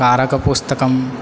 कारकपुस्तकं